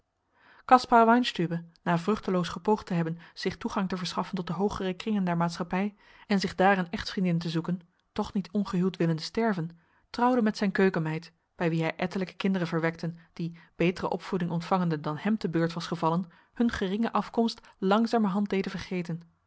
caspar weinstübe na vruchteloos gepoogd te hebben zich toegang te verschaffen tot de hoogere kringen der maatschappij en zich daar een echtvriendin te zoeken toch niet ongehuwd willende sterven trouwde met zijn keukenmeid bij wie hij ettelijke kinderen verwekte die betere opvoeding ontvangende dan hem te beurt was gevallen hun geringe afkomst langzamerhand deden vergeten